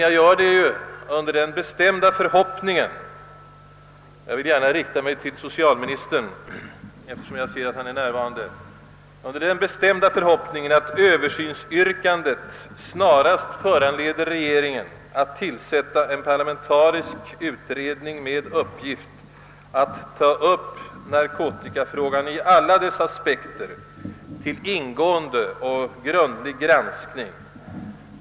Jag gör det dock under den bestämda förhoppningen — jag vill därvid gärna rikta mig till socialministern, eftersom jag ser att han är närvarande här i kammaren — att översynsyrkandet snarast skall föranleda regeringen att tillsätta en parlamentarisk utredning med uppgift att ta upp narkotikafrågan i alla dess aspekter till ingående och grundlig granskning.